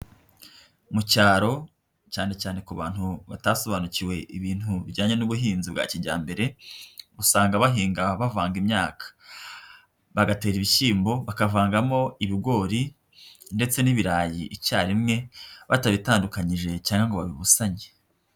Mu cyaro cyane cyane ku bantu batasobanukiwe ibintu bijyanye n'ubuhinzi bwa kijyambere usanga bahinga bavanga imyaka, bagatera ibishyimbo bakavangamo ibigori ndetse n'ibirayi icyarimwe batabitandukanyije cyangwa ngo babibusange.